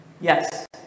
Yes